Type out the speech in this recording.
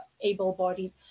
able-bodied